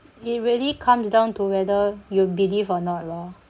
it really comes down to whether you believe or not lor